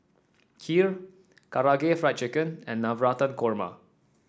Kheer Karaage Fried Chicken and Navratan Korma